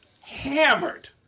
hammered